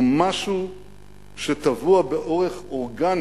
הוא משהו שטבוע באורח אורגני